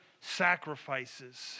sacrifices